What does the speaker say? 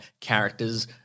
characters –